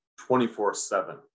24-7